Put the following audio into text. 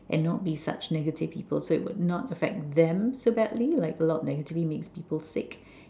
and not be such negative people so it would not affect them so badly like a lot of negativity makes people sick